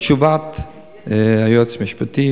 לתשובת היועץ המשפטי.